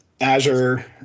Azure